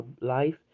life